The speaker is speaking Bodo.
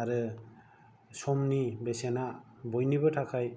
आरो समनि बेसेना बयनिबो थाखाय